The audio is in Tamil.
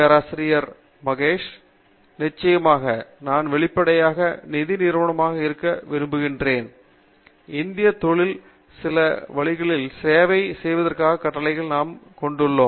பேராசிரியர் மகேஷ் வி பாஞ்ச்னுலா நிச்சயமாக நான் வெளிப்படையாக நிதி நிறுவனமாக இருப்பதாக நினைக்கிறேன் இந்திய தொழில் சில வழியில் சேவை செய்வதற்கான கட்டளையை நாங்கள் கொண்டுள்ளோம்